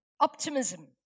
Optimism